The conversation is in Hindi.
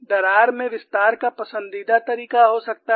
दरार में विस्तार का पसंदीदा तरीका हो सकता है